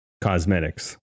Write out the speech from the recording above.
cosmetics